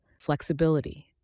Flexibility